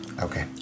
okay